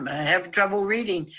um i have trouble reading.